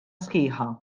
sħiħa